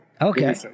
Okay